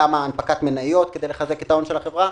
כלומר גם הנפקת המניות כדי לחזק את ההון של החברה.